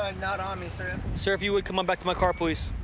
um not on me, sir. sir, if you would come on back to my car, please.